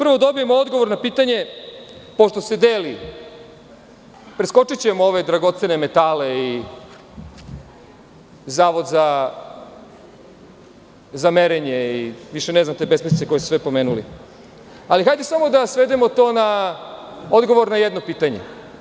Prvo da dobijamo odgovor na pitanje pošto se deli, preskočićemo ove dragocene metale i Zavod za merenje iviše ne znam te besmislice koje ste sve pomenuli, ali hajde samo to da svedemo na odgovor na jedno pitanje.